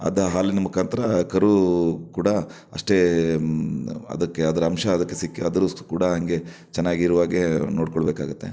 ಅದು ಹಾಲಿನ ಮುಖಾಂತರ ಕರು ಕೂಡ ಅಷ್ಟೇ ಅದಕ್ಕೆ ಅದರ ಅಂಶ ಅದಕ್ಕೆ ಸಿಕ್ಕಿ ಅದ್ರ ಕೂಡ ಹಾಗೆ ಚೆನ್ನಾಗಿರುವ ಹಾಗೆ ನೋಡಿಕೊಳ್ಬೇಕಾಗತ್ತೆ